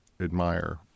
admire